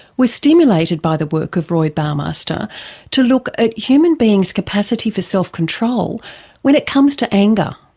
was stimulated by the work of roy baumeister to look at human beings' capacity for self-control when it comes to anger.